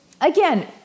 again